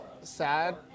sad